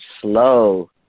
slow